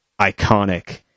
iconic